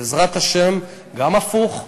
בעזרת השם, גם הפוך,